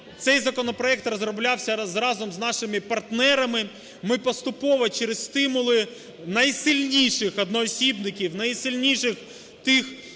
цей законопроект розроблявся разом з нашими партнерами. Ми поступово через стимули найсильніших одноосібників, найсильніших тих